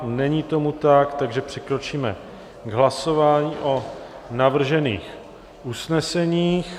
Není tomu tak, takže přikročíme k hlasování o navržených usneseních.